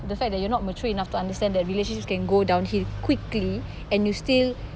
the fact that you're not mature enough to understand that relationships can go downhill quickly and you still